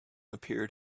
appeared